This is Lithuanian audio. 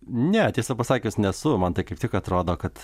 ne tiesą pasakius nesu man tai kaip tik atrodo kad